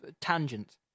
tangent